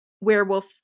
Werewolf